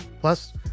Plus